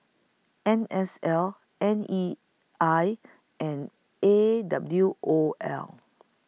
N S L N E I and A W O L